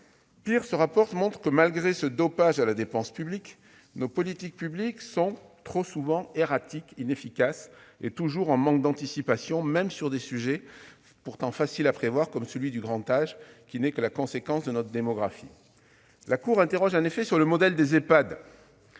Pire, ce rapport montre que malgré ce dopage à la dépense publique, nos politiques publiques sont trop souvent erratiques, inefficaces et toujours en manque d'anticipation, même sur des sujets pourtant faciles à prévoir, comme celui du grand âge, qui n'est que la conséquence de notre démographie. La Cour des comptes s'interroge en effet sur le modèle des Ehpad.